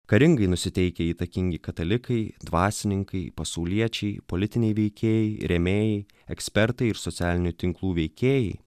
karingai nusiteikę įtakingi katalikai dvasininkai pasauliečiai politiniai veikėjai rėmėjai ekspertai ir socialinių tinklų veikėjai